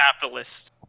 capitalist